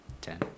Ten